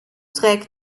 trägt